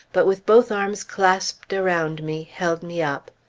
but with both arms clasped around me, held me up.